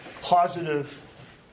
positive